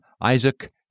Isaac